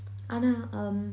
ஆனா:aana um